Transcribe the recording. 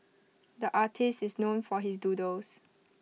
the artist is known for his doodles